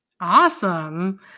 Awesome